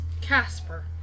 Casper